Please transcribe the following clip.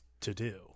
to-do